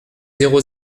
zéro